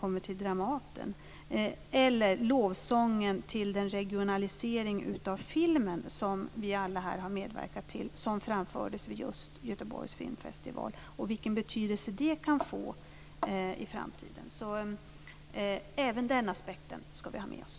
Vidare kan det handla om lovsången till den regionalisering av filmen som vi alla här har medverkat till och som framfördes vid Göteborgs filmfestival samt vilken betydelse det kan få i framtiden. Vi skall även ha den aspekten med oss.